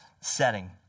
setting